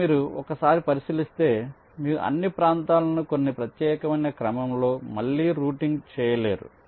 ఇక్కడ మీరు ఒక్కసారి పరిశీలిస్తే మీరు అన్ని ప్రాంతాలను కొన్ని ప్రత్యేకమైన క్రమంలో మళ్ళీ రూటింగ్ చేయలేరు